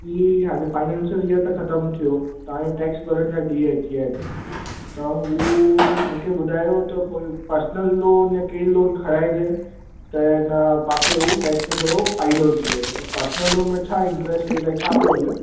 ई हाणे financial year त खतम थियो त हाणे टैक्स भरण जा ॾीअं अची विया आहिनि त हू मूंखे ॿुधायो त पर्सनल लोन या कहिड़ी लोन खणाइजे त न पाखे हू टैक्स में थोरो फ़ाइदो थिए त पर्सनल लोन में छा इंटरस्ट रेट आहे छा पियो हले